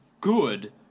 good